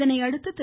இதனையடுத்து திரு